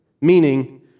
Meaning